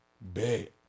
bad